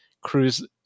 cruise